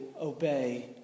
obey